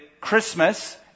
Christmas